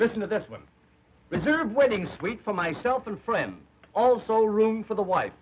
listen to this one reserve waiting sweet for myself and for him also room for the wife